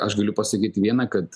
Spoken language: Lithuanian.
aš galiu pasakyti vieną kad